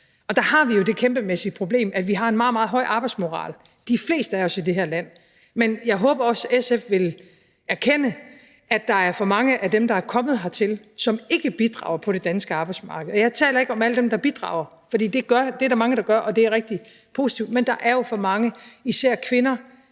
og der har vi jo det kæmpemæssige problem, at vi har en meget, meget høj arbejdsmoral – de fleste af os i det her land. Men jeg håber også, at SF vil erkende, at der er for mange af dem, der er kommet hertil, som ikke bidrager på det danske arbejdsmarked. Og jeg taler ikke om alle dem, der bidrager, fordi det er der mange, der gør, og det er rigtig positivt, men der er jo for mange, især kvinder